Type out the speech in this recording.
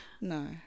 no